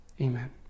Amen